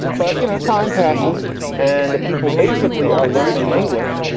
but, you know, time passes and the people basically are learning english.